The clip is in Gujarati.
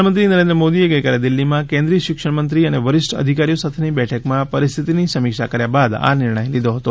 પ્રધાનમંત્રી નરેન્દ્ર મોદીએ ગઈકાલે દિલ્ફીમાં કેન્દ્રીય શિક્ષણમંત્રી અને વરિષ્ઠ અધિકારીઓ સાથેની બેઠકમાં પરિસ્થિતિની સમીક્ષા કર્યા બાદ આ નિર્ણય લીધો હતો